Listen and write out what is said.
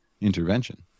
intervention